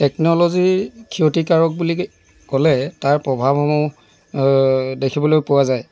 technology ক্ষতিকাৰক বুলি ক'লে তাৰ প্ৰভাৱসমূহ দেখিবলৈ পোৱা যায়